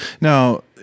Now